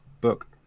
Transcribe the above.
book